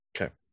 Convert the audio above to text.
Okay